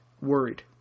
worried